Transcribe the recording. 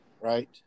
Right